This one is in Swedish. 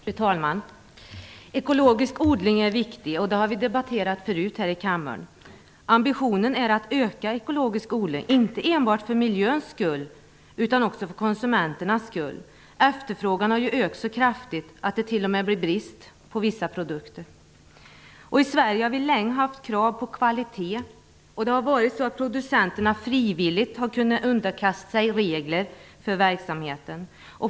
Fru talman! Ekologisk odling är viktig, och det har vi debatterat tidigare här i kammaren. Ambitionen är att öka ekologisk odling, inte enbart för miljöns skull utan också för konsumenternas. Efterfrågan har ökat så kraftigt att det t.o.m. börjar bli brist på vissa produkter. I Sverige har vi länge haft krav på hög kvalitet. Det har varit så att producenterna frivilligt har kunnat underkasta sig regler för verksamheten.